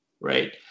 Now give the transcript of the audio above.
right